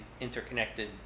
interconnected